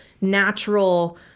natural